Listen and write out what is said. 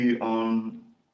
on